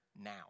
now